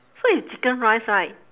so it's chicken rice right